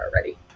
already